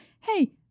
hey